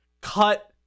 cut